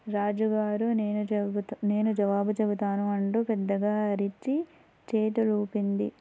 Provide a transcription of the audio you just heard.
రాజు గారు నేను చెప్తా నేను జవాబు చెప్తాను అంటు పెద్దగా అరచి చేతులు ఊపింది